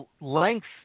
length